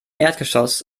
erdgeschoss